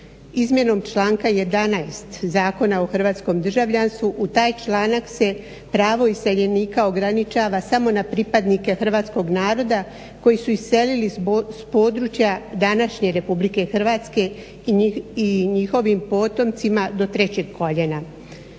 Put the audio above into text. Izmjenom članka 11. Zakona o hrvatskom državljanstvu u taj članak se pravo iseljenika ograničava samo na pripadnike Hrvatskog naroda koji su iselili s područja današnje Republike Hrvatske i njihovim potomcima do trećeg koljena.